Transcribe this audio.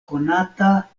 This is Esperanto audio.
konata